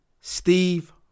Steve